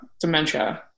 dementia